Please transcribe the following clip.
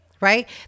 right